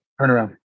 turnaround